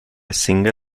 single